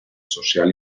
social